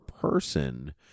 person